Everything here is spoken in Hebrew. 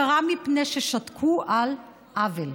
קרה מפני ששתקו על עוול.